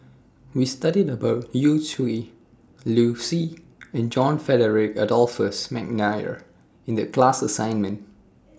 We studied about Yu Zhuye Liu Si and John Frederick Adolphus Mcnair in The class assignment